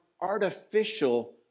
artificial